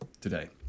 today